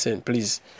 please